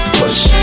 push